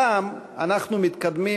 הפעם אנחנו מתמקדים